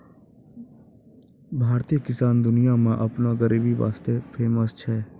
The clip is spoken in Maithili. भारतीय किसान दुनिया मॅ आपनो गरीबी वास्तॅ ही फेमस छै